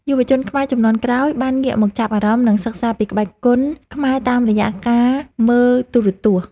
យុវជនខ្មែរជំនាន់ក្រោយបានងាកមកចាប់អារម្មណ៍ និងសិក្សាពីក្បាច់គុនខ្មែរតាមរយៈការមើលទូរទស្សន៍។